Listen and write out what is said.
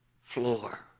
floor